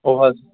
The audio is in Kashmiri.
اَوٕ حظ